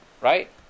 right